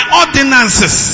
ordinances